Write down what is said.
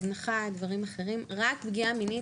הזנחה רק פגיעה מינית.